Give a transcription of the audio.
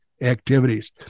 activities